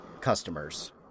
customers